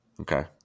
Okay